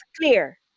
clear